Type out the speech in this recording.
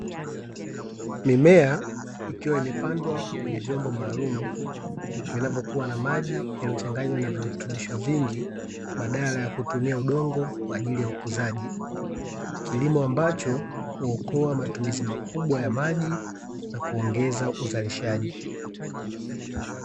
Mimea ikiwa imepandwa kwenye vyombo maalumu, vinavyokua na maji yaliyochanganywa na virutubisho vingi, badala ya kutumia udongo kwa ajili ya ukuzaji. Kilimo ambacho huokoa matumizi makubwa ya maji na kuongeza uzalishaji.